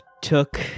took